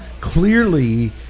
clearly